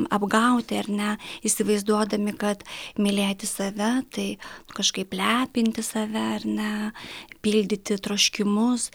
apgauti ar ne įsivaizduodami kad mylėti save tai kažkaip lepinti save ar ne pildyti troškimus